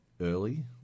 early